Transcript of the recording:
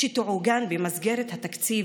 שתעוגן במסגרת התקציב.